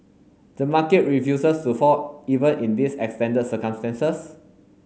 the market refuses to fall even in these extended circumstances